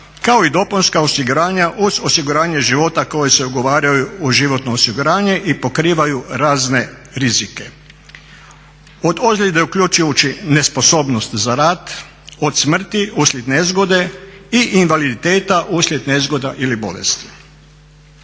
kao i dopunska osiguranja uz osiguranje života koje se ugovaraju u životno osiguranje i pokrivaju razne rizike. Od ozljede uključujući nesposobnost za rad, od smrti, uslijed nezgode i invaliditeta uslijed nezgoda ili bolesti.